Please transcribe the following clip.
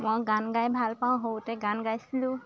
মই গান গাই ভাল পাওঁ সৰুতে গান গাইছিলোঁ